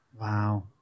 Wow